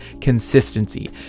consistency